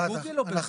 ב-גוגל או בקובץ?